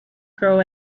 grow